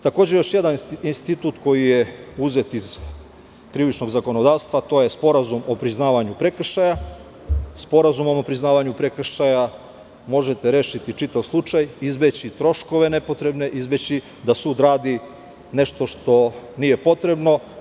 Takođe, još jedan institut koji je uzet iz krivičnog zakonodavstva, a to je sporazum o priznavanju prekršaja, sporazum o nepriznavanju prekršaja možete rešiti čitav slučaj, izbeći troškove nepotrebne, izbeći da sud radi nešto što nije potrebno.